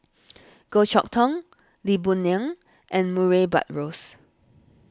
Goh Chok Tong Lee Boon Ngan and Murray Buttrose